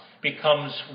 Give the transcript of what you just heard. becomes